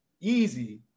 Easy